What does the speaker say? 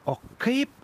o kaip